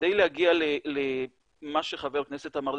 כדי להגיע למה שחבר הכנסת אמר,